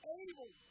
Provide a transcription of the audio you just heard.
able